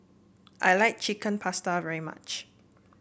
I like Chicken Pasta very much